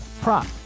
prop